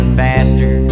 faster